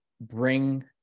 bring